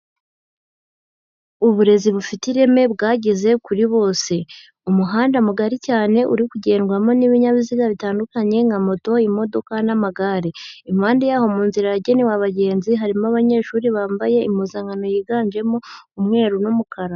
Uburezi bufite ireme bwageze kuri bose. Umuhanda mugari cyane uri kugendwamo n'ibinyabiziga bitandukanye: nka moto, imodoka n'amagare. Impande yawo mu nzira yagenewe abagenzi, harimo abanyeshuri bambaye impuzankano yiganjemo umweru n'umukara.